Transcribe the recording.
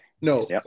No